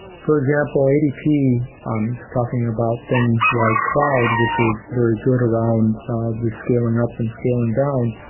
for example, adp, i'm talking about things like cloud, which is very good around the scaling up and scaling down.